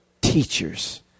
teachers